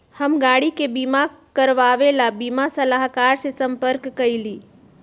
हम गाड़ी के बीमा करवावे ला बीमा सलाहकर से संपर्क कइली